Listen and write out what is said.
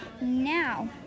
now